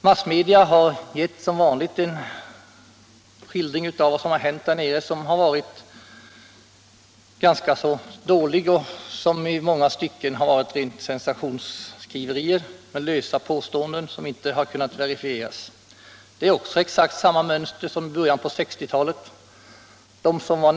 Massmedia har som vanligt gett en skildring av vad som hänt där nere som varit ganska dålig och som i många stycken varit rena sensationsskriverier med lösa påståenden som inte har kunnat verifieras. Mönstret är exakt detsamma som i början på 1960-talet.